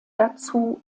dazu